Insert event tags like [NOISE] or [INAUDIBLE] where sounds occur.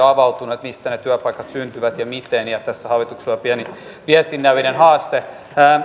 [UNINTELLIGIBLE] avautunut mistä ne työpaikat syntyvät ja miten tässä hallituksella on pieni viestinnällinen haaste